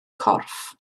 corff